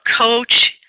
coach